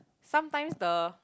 sometimes the